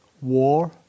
War